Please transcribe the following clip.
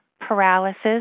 paralysis